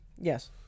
Yes